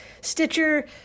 Stitcher